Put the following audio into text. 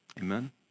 Amen